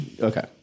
Okay